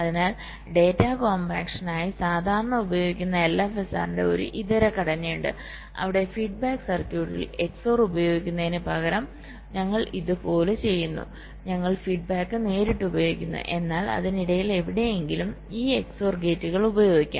അതിനാൽ ഡാറ്റാ കോംപാക്ഷനായി സാധാരണയായി ഉപയോഗിക്കുന്ന LFSR ന്റെ ഒരു ഇതര ഘടനയുണ്ട് അവിടെ ഫീഡ്ബാക്ക് സർക്യൂട്ടിൽ XOR ഉപയോഗിക്കുന്നതിനുപകരം ഞങ്ങൾ ഇതുപോലെ ചെയ്യുന്നു ഞങ്ങൾ ഫീഡ്ബാക്ക് നേരിട്ട് ഉപയോഗിക്കുന്നു എന്നാൽ അതിനിടയിൽ എവിടെയെങ്കിലും ഈ XOR ഗേറ്റുകൾ ഉപയോഗിക്കാം